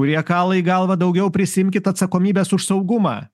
kurie kala į galvą daugiau prisiimkit atsakomybės už saugumą